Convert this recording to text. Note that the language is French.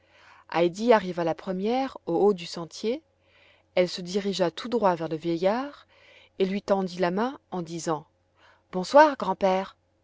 heidi arriva la première au haut du sentier elle se dirigea tout droit vers le vieillard et lui tendit la main en disant bonsoir grand-père